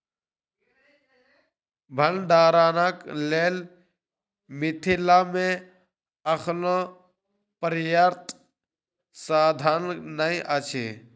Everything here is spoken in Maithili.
भंडारणक लेल मिथिला मे अखनो पर्याप्त साधन नै अछि